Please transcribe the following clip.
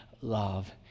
love